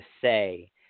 say